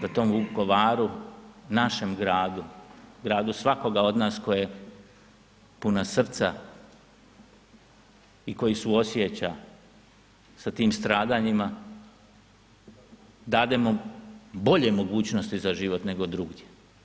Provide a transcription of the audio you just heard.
Da tom Vukovaru, našem gradu, gradu svakoga od nas koje puna srca i koji suosjeća sa tim stradanjima dademo bolje mogućnosti za život nego drugdje.